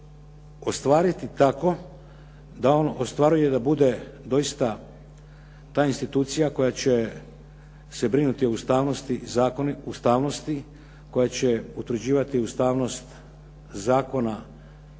ostvariti tako da on ostvaruje da bude doista ta institucija koja će se brinuti o ustavnosti, koja će utvrđivati ustavnost zakona